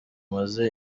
amaze